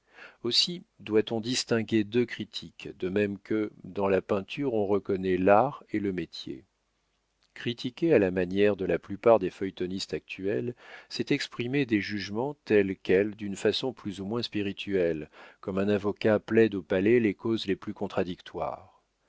aussi doit-on distinguer deux critiques de même que dans la peinture on reconnaît l'art et le métier critiquer à la manière de la plupart des feuilletonistes actuels c'est exprimer des jugements tels quels d'une façon plus ou moins spirituelle comme un avocat plaide au palais les causes les plus contradictoires